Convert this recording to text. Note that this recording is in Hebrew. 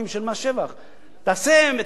תעשה ממוצע, אני לא אגזים,